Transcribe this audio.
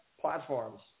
platforms